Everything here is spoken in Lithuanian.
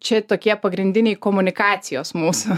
čia tokie pagrindiniai komunikacijos mūsų